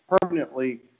permanently